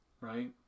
right